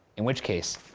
in which case,